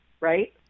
right